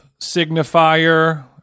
signifier